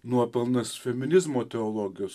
nuopelnas feminizmo teologijos